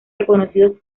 reconocidos